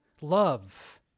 love